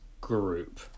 group